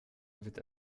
wird